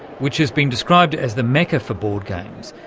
which has been described as the mecca for board games.